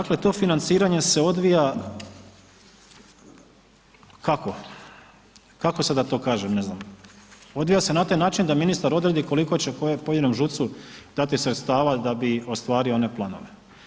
Dakle, to financiranje se odvija, kako, kako sad da to kažem ne znam, odvija se na taj način da ministar odredi koliko će kojem pojedinom ŽUC-u dati sredstava da bi ostvario one planove.